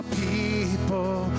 people